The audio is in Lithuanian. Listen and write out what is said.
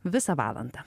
visą valandą